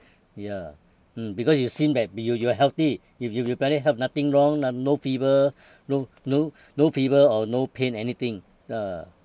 ya mm because you seem like be~ you you are healthy if you you barely have nothing wrong none no fever no no no fever or no pain anything ah